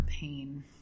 pain